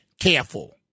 careful